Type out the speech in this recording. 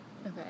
okay